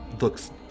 looks